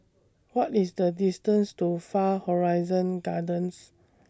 What IS The distance to Far Horizon Gardens